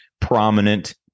prominent